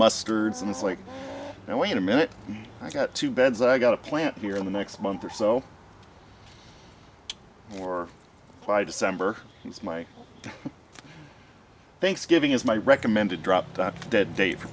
mustard seed it's like oh wait a minute i've got two beds i got a plant here in the next month or so or by december is my thanksgiving is my recommended dropped dead date for